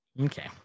Okay